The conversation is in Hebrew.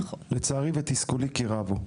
לצערי ותסכולי כי רב הוא.